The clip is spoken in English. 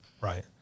Right